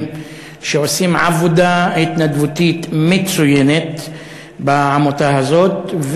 שעושים עבודה התנדבותית מצוינת בעמותה הזאת,